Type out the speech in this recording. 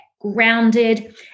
grounded